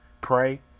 Pray